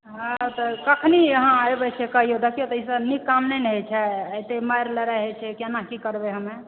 हँ तऽ कखनी अहाँ एबै से कहियो देखियौ तऽ ईसभ नीक काम नहि ने होइ छै एतय मारि लड़ाई होइ छै केना की करबै हमे